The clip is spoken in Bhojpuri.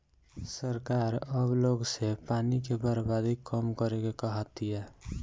सरकार अब लोग से पानी के बर्बादी कम करे के कहा तिया